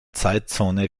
zeitzone